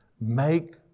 Make